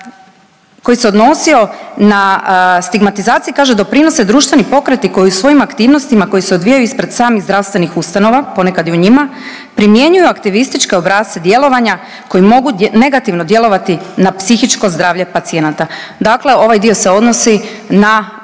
koji se odnosio na stigmatizaciju. Kaže doprinose društveni pokreti koji u svojim aktivnostima koji se odvijaju ispred samih zdravstvenih ustanova, ponekad i u njima primjenjuju aktivističke obrasce djelovanja koji mogu negativno djelovati na psihičko zdravlje pacijenata. Dakle, ovaj dio se odnosi na